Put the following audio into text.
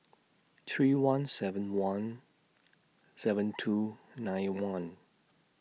three one seven one seven two nine one